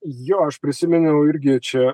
jo aš prisiminiau irgi čia